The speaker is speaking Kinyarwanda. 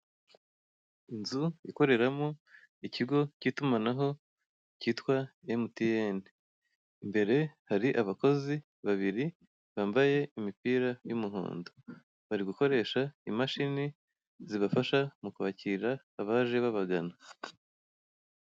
Inzu ikoreramo ikigo cy'itumanaho kitwa emutiyeni. Imbere hari abakozi babiri bambaye imipira y'umuhondo. Bari gukoresha imashini zibafasha mu kwakira abaje babagana.